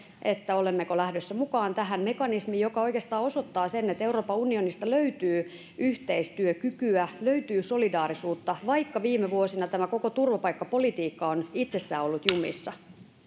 olemmeko lähdössä mukaan tähän mekanismiin joka oikeastaan osoittaa sen että euroopan unionista löytyy yhteistyökykyä löytyy solidaarisuutta vaikka viime vuosina tämä koko turvapaikkapolitiikka on itsessään ollut jumissa